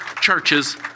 churches